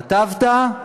כתבת?